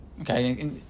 Okay